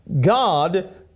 God